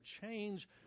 change